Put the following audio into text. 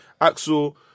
Axel